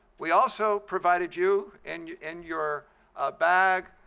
we also provided you and in your bag